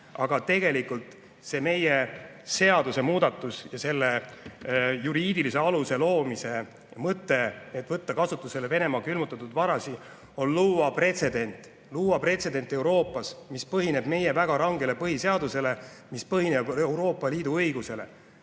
Aga tegelikult see meie seadusemuudatus, selle juriidilise aluse loomise mõte, et võtta kasutusele Venemaa külmutatud varasid, on luua pretsedent, luua pretsedent Euroopas, mis põhineb meie väga rangel põhiseadusel, mis põhineb Euroopa Liidu õigusel.